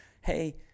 hey